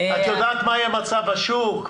את יודעת מה יהיה מצב השוק?